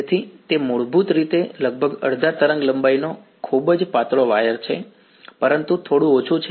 તેથી તે મૂળભૂત રીતે લગભગ અડધા તરંગલંબાઇનો ખૂબ જ પાતળો વાયર છે પરંતુ થોડું ઓછું છે